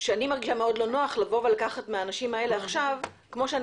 מרגישה לא נוח לקחת מהאנשים האלה עכשיו כפי שאני